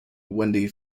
wendy